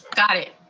got it.